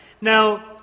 Now